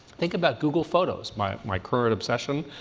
think about google photos, my my current obsession,